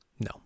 No